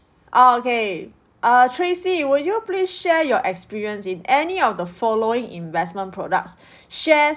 orh okay uh tracy will you please share your experience in any of the following investment products shares